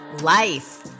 life